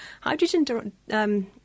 Hydrogen